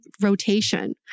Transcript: rotation